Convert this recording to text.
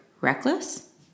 reckless